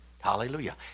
Hallelujah